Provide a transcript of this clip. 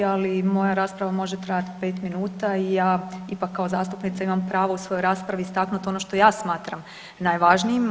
Ali moja rasprava može trajati pet minuta i ja ipak kao zastupnica imam pravo u svojoj raspravi istaknuti ono što ja smatram najvažnijim.